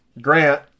Grant